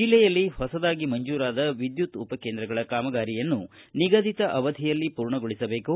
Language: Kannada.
ಜಿಲ್ಲೆಯಲ್ಲಿ ಹೊಸದಾಗಿ ಮಂಜೂರಾದ ವಿದ್ಯುತ್ ಉಪಕೇಂದ್ರಗಳ ಕಾಮಗಾರಿಯನ್ನು ನಿಗದಿತ ಅವಧಿಯಲ್ಲಿ ಪೂರ್ಣಗೊಳಸಬೇಕು